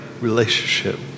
relationship